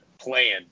playing